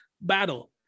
battle